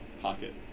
pocket